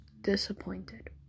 disappointed